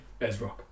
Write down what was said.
Ezrock